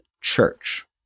church